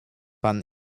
pan